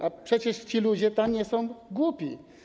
A przecież ci ludzie tam nie są głupi!